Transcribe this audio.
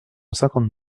cinquante